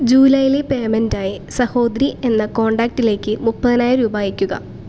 ജൂലൈയിലെ പേയ്മെൻ്റായി സഹോദരി എന്ന കോണ്ടാക്ടിലേക്ക് മുപ്പതിനായിരം രൂപ അയയ്ക്കുക